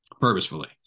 purposefully